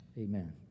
Amen